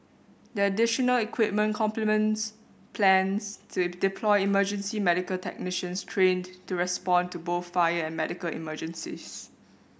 the additional equipment complements plans to deploy emergency medical technicians trained to respond to both fire and medical emergencies